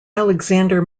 alexander